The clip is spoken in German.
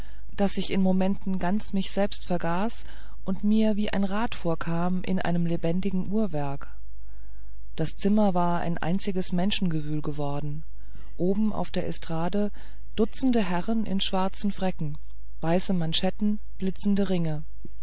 daß ich in momenten ganz mich selbst vergaß und mir wie ein rad vorkam in einem lebendigen uhrwerk das zimmer war ein einziges menschengewühl geworden oben auf der estrade dutzende herren in schwarzen fräcken weiße manschetten blitzende ringe